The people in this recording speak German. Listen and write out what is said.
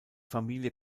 familie